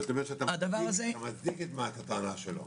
אתה מצדיק את הטענה שלו.